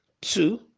Two